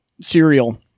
cereal